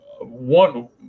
one